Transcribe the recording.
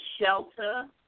shelter